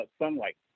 sunlight